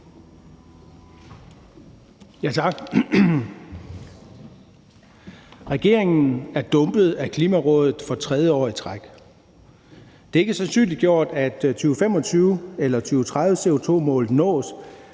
Tak. Regeringen er dumpet af Klimarådet for tredje år i træk. Det er ikke sandsynliggjort, at 2025- eller 2030-CO2-målet nås